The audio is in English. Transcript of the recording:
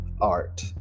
art